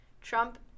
Trump